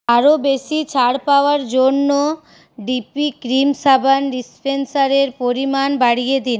আরও বেশি ছাড় পাওয়ার জন্য ডিপি ক্রিম সাবান ডিস্পেন্সারের পরিমাণ বাড়িয়ে দিন